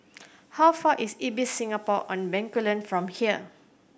how far is Ibis Singapore On Bencoolen from here